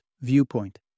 viewpoint